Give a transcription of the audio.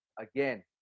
again